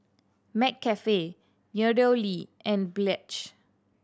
McCafe MeadowLea and Pledge